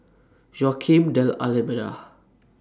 Joaquim D'almeida